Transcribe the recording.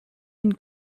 une